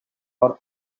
are